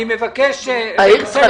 אני תכף